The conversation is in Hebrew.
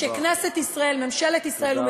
שכנסת ישראל, ממשלת ישראל, תודה רבה.